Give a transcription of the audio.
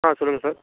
ஆ சொல்லுங்கள் சார்